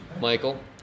Michael